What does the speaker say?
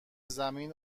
زمین